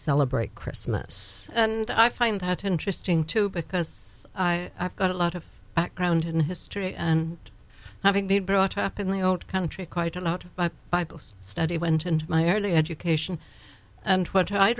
celebrate christmas and i find that interesting too because i got a lot of background in history and having been brought up in the old country quite a lot by both study went and my early education and what i